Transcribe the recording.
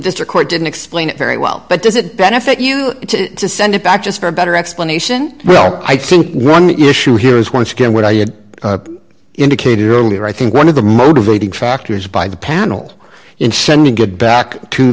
district court didn't explain it very well but does it benefit you to send it back just for a better explanation well i think one issue here is once again what i indicated earlier i think one of the motivating factors by the panel in sending it back to